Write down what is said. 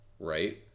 right